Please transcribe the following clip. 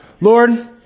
Lord